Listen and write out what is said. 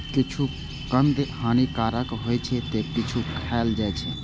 किछु कंद हानिकारक होइ छै, ते किछु खायल जाइ छै